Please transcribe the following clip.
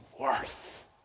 worth